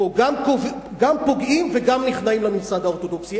פה גם פוגעים וגם נכנעים לממסד האורתודוקסי.